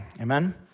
Amen